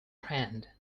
hand